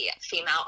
female